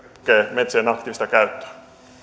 metsien aktiivista käyttöä